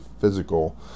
physical